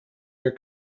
your